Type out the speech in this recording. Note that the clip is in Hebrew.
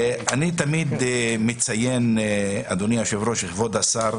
אני תמיד מציין, אדוני היושב-ראש, כבוד השר,